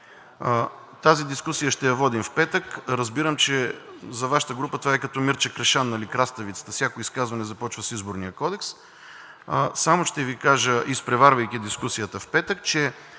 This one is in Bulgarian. Тази дискусия ще я водим в петък. Разбирам, че за Вашата група това е като Мирча Кришан с краставицата – всяко изказване започва с Изборния кодекс. Само ще Ви кажа, изпреварвайки дискусията в петък, че